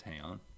town